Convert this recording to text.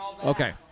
Okay